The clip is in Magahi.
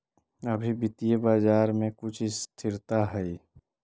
अभी वित्तीय बाजार में कुछ स्थिरता हई